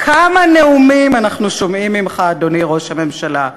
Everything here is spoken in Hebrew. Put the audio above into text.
כמה נאומים אנחנו שומעים ממך, אדוני ראש הממשלה.